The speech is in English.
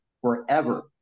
forever